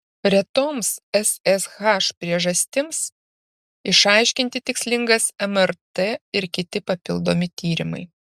retoms ssh priežastims išaiškinti tikslingas mrt ir kiti papildomi tyrimai